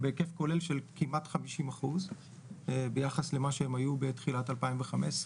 בהיקף כולל של כמעט חמישים אחוזים ביחס למה שהן היו בתחילת 2015,